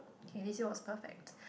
okay this year was perfect